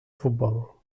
futbol